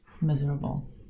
miserable